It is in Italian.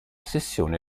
sessione